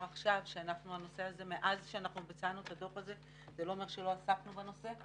עכשיו שמאז שביצענו את הדוח זה לא אומר שלא עסקנו בנושא.